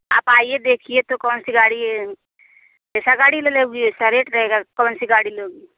आप आइए देखिए तो कौन सी गाड़ी है जैसी गाड़ी में लोगी वैसा रेट रहेगा कौन सी गाड़ी लोगी